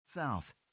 South